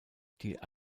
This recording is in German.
die